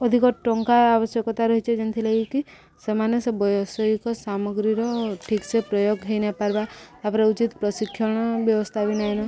ଅଧିକ ଟଙ୍କା ଆବଶ୍ୟକତା ରହିଛି ଯେନ୍ତିର୍ଲାଗି କିି ସେମାନେ ସେ ବୈଷୟିକ ସାମଗ୍ରୀର ଠିକ୍ସେ ପ୍ରୟୋଗ ହେଇ ନାଇଁ ପାର୍ବା ତାପରେ ଉଚିତ ପ୍ରଶିକ୍ଷଣ ବ୍ୟବସ୍ଥା ବି ନାଇଁନ